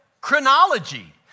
chronology